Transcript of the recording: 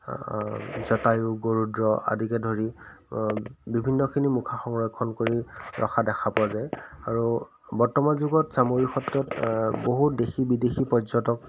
জতায়ু গৰুদ্ৰ আদিকে ধৰি বিভিন্নখিনি মুখা সংৰক্ষণ কৰি ৰখা দেখা পোৱা যায় আৰু বৰ্তমান যুগত চামগুৰি ক্ষেত্ৰত বহু দেশী বিদেশী পৰ্যটক